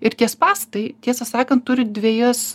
ir tie spąstai tiesą sakant turi dvejas